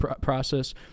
process